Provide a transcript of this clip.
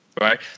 Right